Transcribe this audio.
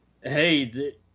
hey